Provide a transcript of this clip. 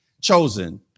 chosen